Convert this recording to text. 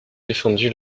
défendu